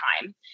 time